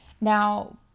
Now